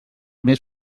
més